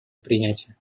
принятие